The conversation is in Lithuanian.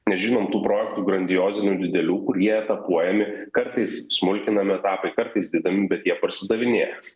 nežinom tų projektų grandiozinių didelių kurie etapuojami kartais smulkinami etapai kartais didinami bet jie parsidavinės